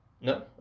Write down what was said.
No